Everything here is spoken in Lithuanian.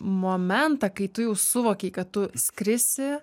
momentą kai tu jau suvokei kad tu skrisi